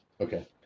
Okay